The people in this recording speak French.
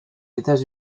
états